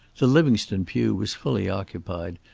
the livingstone pew was fully occupied,